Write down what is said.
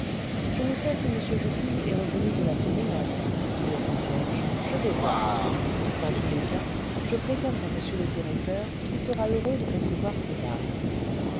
je ne sais si m jupille est revenu de la promenade dit le concierge le vingtième siècle je vais voir dans tous les cas je préviendrai m le directeur qui sera heureux de recevoir ces dames